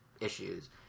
issues